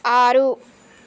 ఆరు